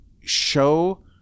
show